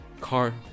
car